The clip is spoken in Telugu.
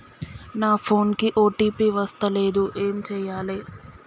నా ఫోన్ కి ఓ.టీ.పి వస్తలేదు ఏం చేయాలే?